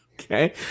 Okay